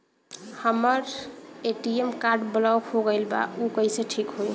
हमर ATM card block हो गईल बा ऊ कईसे ठिक होई?